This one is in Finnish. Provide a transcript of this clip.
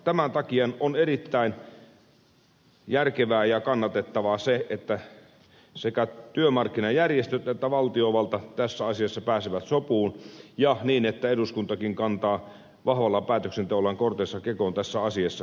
tämän takia on erittäin järkevää ja kannatettavaa se että sekä työmarkkinajärjestöt että valtiovalta tässä asiassa pääsevät sopuun ja että eduskuntakin kantaa vahvalla päätöksenteollaan kortensa kekoon tässä asiassa